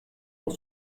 pour